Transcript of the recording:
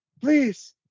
Please